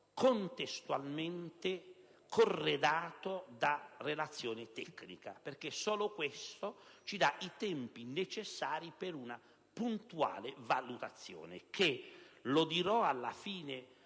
contestualmente corredata da relazione tecnica. Solo questo ci dà i tempi necessari per una puntuale valutazione che, come dirò alla fine